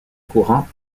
courant